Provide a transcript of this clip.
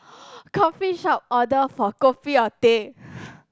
coffeeshop order for kopi or teh